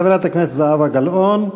חברת הכנסת זהבה גלאון,